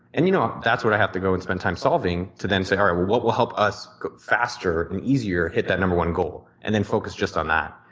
and you know that's what i have to go and spend time solving to then say all right what will help us faster and easier hit that number one goal and then focus just on that.